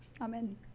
Amen